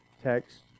text